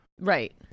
Right